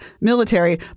military